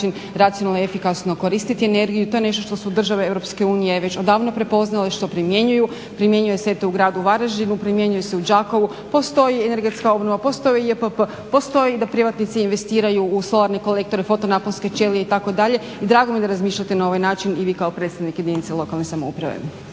način racionalno i efikasno koristiti energiju. To je nešto što su države Europske unije već odavno prepoznale što primjenjuju. Primjenjuje se eto u gradu Varaždinu, primjenjuje se u Đakovu. Postoji i energetska obnova, postoji JPP, postoji da privatnici investiraju u solarne kolektore i foto naponske ćelije itd. i drago mi je da razmišljate na ovaj način i vi kao predstavnik jedinice lokalne samouprave.